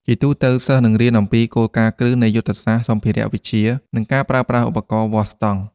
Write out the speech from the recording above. ជាទូទៅ សិស្សនឹងរៀនអំពីគោលការណ៍គ្រឹះនៃយន្តសាស្ត្រ សម្ភារៈវិទ្យា និងការប្រើប្រាស់ឧបករណ៍វាស់ស្ទង់។